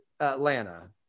Atlanta